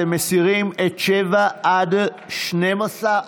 אתם מסירים את 7 עד 12,